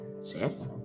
Seth